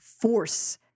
force